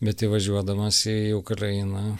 bet įvažiuodamas į ukrainą